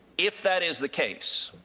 if that is the case,